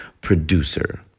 producer